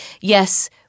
yes